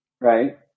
right